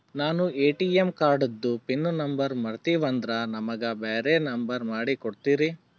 ನಾನು ಎ.ಟಿ.ಎಂ ಕಾರ್ಡಿಂದು pin number ಮರತೀವಂದ್ರ ನಮಗ ಬ್ಯಾರೆ ನಂಬರ್ ಮಾಡಿ ಕೊಡ್ತೀರಿ?